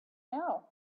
now